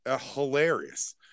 Hilarious